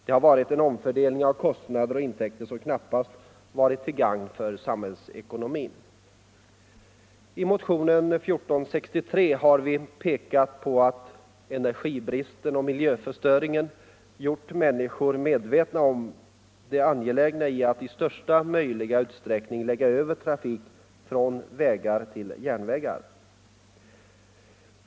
Det har varit en omfördelning av kostnader och intäkter som knappast varit till gagn för samhällsekonomin. I motionen 1463 har vi pekat på att energibristen och miljöförstöringen gjort människor medvetna om det angelägna i att i största möjliga utsträckning lägga över trafik från vägar till järnvägar.